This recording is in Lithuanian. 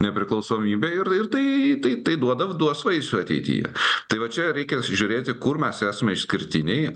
nepriklausomybė ir tai tai tai duoda duos vaisių ateityje tai va čia reikės žiūrėti kur mes esame išskirtiniai